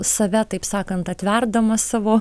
save taip sakant atverdamas savo